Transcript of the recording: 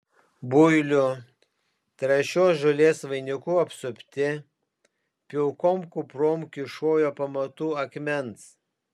builių trąšios žolės vainiku apsupti pilkom kuprom kyšojo pamatų akmens